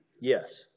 Yes